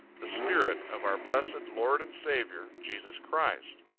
the spirit of our blessed lord and saviour, jesus christ.